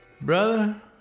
Brother